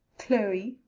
chloe.